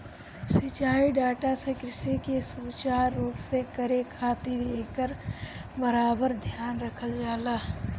सिंचाई डाटा से कृषि के सुचारू रूप से करे खातिर एकर बराबर ध्यान रखल जाला